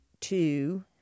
two